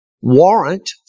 warrant